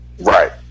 right